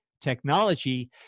technology